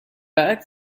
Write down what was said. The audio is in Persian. بعد